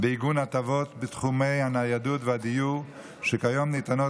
בעיגון הטבות בתחומי הניידות והדיור שכיום ניתנות